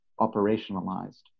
operationalized